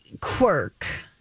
quirk